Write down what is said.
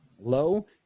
low